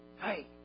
Hey